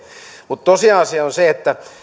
mutta tosiasia on se että